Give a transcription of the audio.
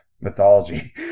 mythology